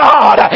God